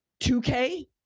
2K